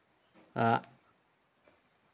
ᱣᱟᱜ